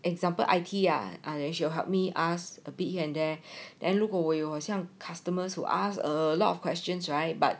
example I_T ya and then she will help me ask a bit here and there then 如果我有好像 customers who ask a lot of questions right but